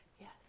yes